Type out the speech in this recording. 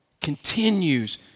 continues